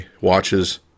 watches